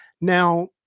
now